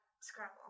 Scrabble